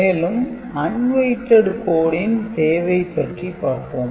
மேலும் "Unweighted code" ன் தேவை பற்றி பார்ப்போம்